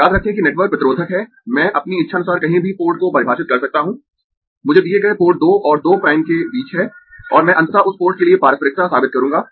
याद रखें कि नेटवर्क प्रतिरोधक है मैं अपनी इच्छानुसार कहीं भी पोर्ट को परिभाषित कर सकता हूं मुझे दिए गए पोर्ट 2 और 2 प्राइम के बीच है और मैं अंततः उस पोर्ट के लिए पारस्परिकता साबित करूंगा